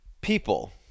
people